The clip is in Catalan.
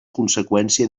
conseqüència